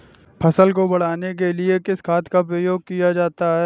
फसल को बढ़ाने के लिए किस खाद का प्रयोग किया जाता है?